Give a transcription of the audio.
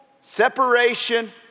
separation